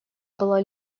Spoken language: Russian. было